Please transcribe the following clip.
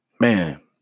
Man